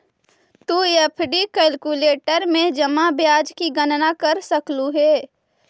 तु FD calculator में जमा ब्याज की गणना कर सकलू हे